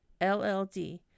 LLD